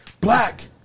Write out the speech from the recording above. Black